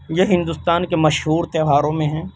یہ ہندوستان کے مشہور تہواروں میں ہیں